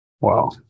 Wow